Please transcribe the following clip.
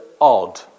odd